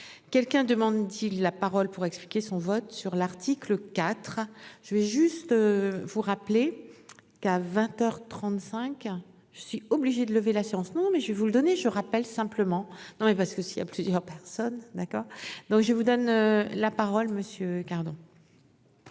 quelqu'un demande la parole pour expliquer son vote sur l'article 4 je vais juste. Vous rappeler qu'à 20h 35. Je suis obligé de lever la séance. Non mais je vais vous le donner, je rappelle simplement non mais parce que s'il y a plusieurs personnes d'accord donc je vous donne la parole monsieur Cardo.